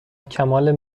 کمال